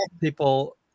people